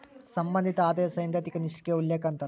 ಸಂಬಂಧಿತ ಆದಾಯ ಸೈದ್ಧಾಂತಿಕ ನಿಷ್ಕ್ರಿಯ ಉಲ್ಲೇಖ ಅಂತಾರ